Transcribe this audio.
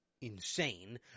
insane